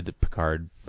Picard